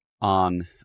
on